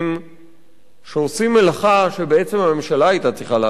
שעושים מלאכה שבעצם הממשלה היתה צריכה לעשות,